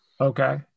Okay